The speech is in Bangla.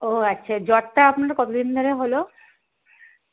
ও আচ্ছা জ্বরটা আপনার কতো দিন ধরে হলো